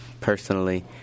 personally